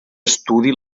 estudi